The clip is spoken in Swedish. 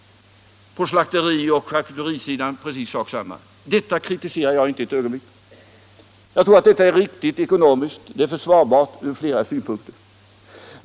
På slakterioch charkuterisidan är det precis samma sak. Detta kritiserar jag inte ett ögonblick. Jag tror att det är riktigt ekonomiskt och försvarbart från flera synpunkter.